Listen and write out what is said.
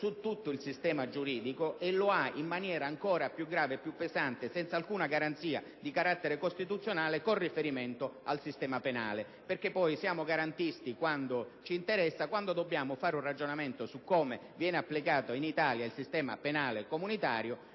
su tutto il sistema giuridico, e lo ha in maniera ancora più grave e più pesante, senza alcuna garanzia di carattere costituzionale, con riferimento al sistema penale. Siamo garantisti quando ci interessa; quando dobbiamo fare un ragionamento su come viene applicato in Italia il sistema penale comunitario,